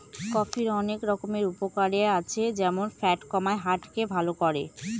কফির অনেক রকমের উপকারে আছে যেমন ফ্যাট কমায়, হার্ট কে ভালো করে